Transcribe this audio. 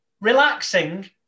relaxing